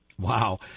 wow